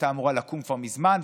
שהייתה אמורה לקום כבר מזמן,